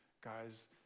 guys